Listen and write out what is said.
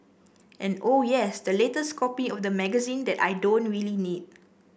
and oh yes that latest copy of the magazine that I don't really need